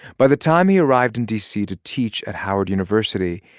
by the time he arrived in d c. to teach at howard university,